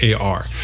AR